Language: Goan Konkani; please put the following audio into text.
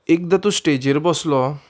एकदां तूं स्टेजीर बसलो